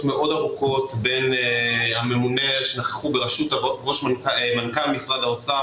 מאוד ארוכות שבהן נכחו מנכ"ל משרד האוצר,